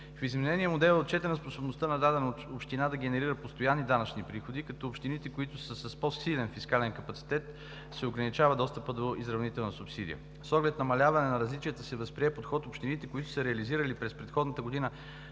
В изменения модел е отчетена способността на дадена община да генерира постоянни данъчни приходи, като на общите, които са с по-силен фискален капацитет, се ограничава достъпът до изравнителна субсидия. С оглед намаляване на различията се възприе подход общините, които са реализирали през предходната година